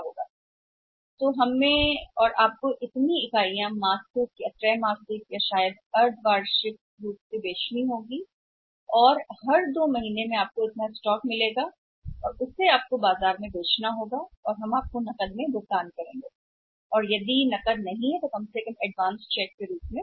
तो आपको और हमें इसे बेचना होगा बाजार में मासिक या शायद त्रैमासिक या शायद द्विमासिक रूप से और हर महीने हर 2 के लिए महीनों बाद आपको स्टॉक का इतना हिस्सा मिल जाएगा और आप शेयर को बाजार में बेच देंगे और आपने हमें नकद में भुगतान किया है या कभी कभी नकद में नहीं तो कम से कम अग्रिम जांच में